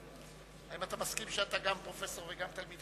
האם אתה מסכים שאתה גם פרופסור וגם תלמיד